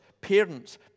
parents